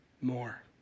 more